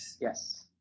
yes